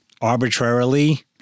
arbitrarily